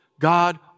God